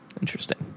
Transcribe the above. interesting